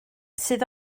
sydd